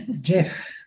Jeff